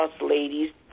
ladies